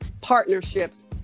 partnerships